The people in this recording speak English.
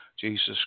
Jesus